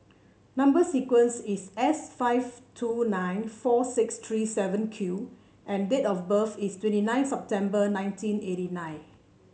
number sequence is S five two nine four six three seven Q and date of birth is twenty nine September nineteen eighty nine